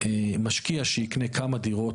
משקיע שיקנה כמה דירות,